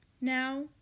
Now